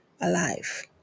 alive